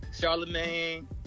Charlemagne